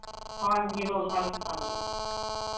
হয় দিব ভাল